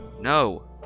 No